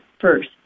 first